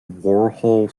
warhol